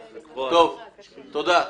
תודה.